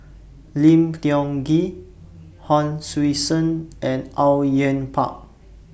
Lim Tiong Ghee Hon Sui Sen and Au Yue Pak